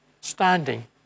standing